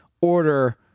order